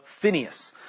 Phineas